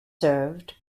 served